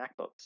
MacBooks